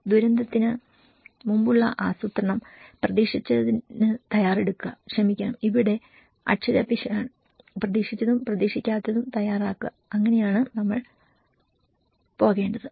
ദുരന്തത്തിനു മുമ്പുള്ള ആസൂത്രണം പ്രതീക്ഷിച്ചതിന് തയ്യാറെടുക്കുക ക്ഷമിക്കണം ഇവിടെ അക്ഷരപ്പിശകാണ് പ്രതീക്ഷിച്ചതും പ്രതീക്ഷിക്കാത്തതും തയ്യാറാക്കുക അങ്ങനെയാണ് നമ്മൾ പോകേണ്ടത്